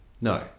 No